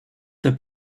the